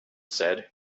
said